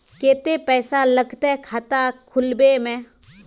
केते पैसा लगते खाता खुलबे में?